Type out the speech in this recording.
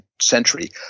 century